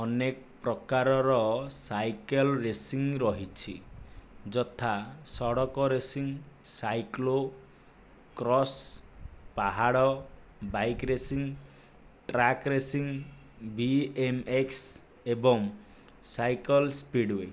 ଅନେକ ପ୍ରକାରର cycle racing ରହିଛି ଯଥା ସଡ଼କ ରେସିଂ ସାଇକ୍ଲୋ କ୍ରସ୍ ପାହାଡ଼ bike racing track racing B M X ଏବଂ ସାଇକେଲ୍ ସ୍ପିଡ଼୍ ୱେ